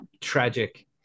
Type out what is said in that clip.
tragic